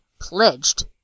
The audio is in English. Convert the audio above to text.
pledged